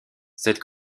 cette